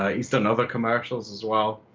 ah he's done other commercials as well.